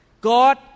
God